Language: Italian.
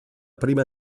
prima